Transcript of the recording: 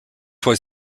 was